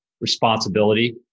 responsibility